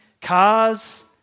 cars